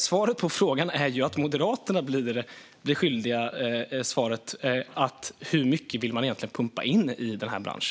Svaret på frågan är att Moderaterna blir svaret skyldiga om hur mycket de egentligen vill pumpa in i denna bransch.